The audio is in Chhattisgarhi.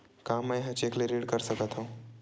का मैं ह चेक ले ऋण कर सकथव?